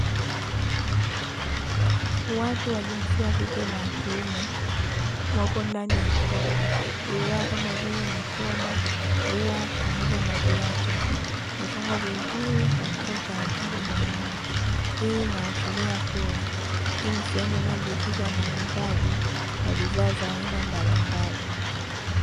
Watu wa jinsia ya kike na kiume wapo ndani ya soko, bidhaa kama nguo, mikoba pamoja na viatu vimepangwa vizuri katika utaratibu maalumu, hii inaashiria kuwa ni sehemu inayojihusisha na uuzaji wa bidhaa mbalimbali.